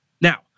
Now